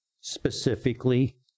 specifically